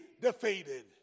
defeated